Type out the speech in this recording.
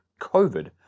COVID